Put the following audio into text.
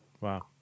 Wow